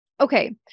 Okay